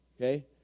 Okay